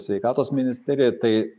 sveikatos ministerijai tai